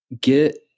Get